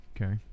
Okay